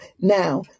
now